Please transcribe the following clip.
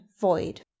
void